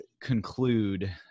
conclude